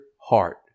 heart